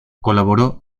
colaboró